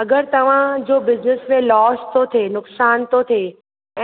अगरि तव्हां जो बिज़नेस में लोस थो थिए नुक़सान थो थिए